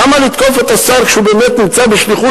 למה לתקוף את השר כשהוא באמת נמצא בשליחות,